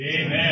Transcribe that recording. Amen